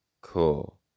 cool